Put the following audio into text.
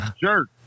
Jerk